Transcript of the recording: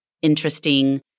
interesting